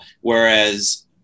whereas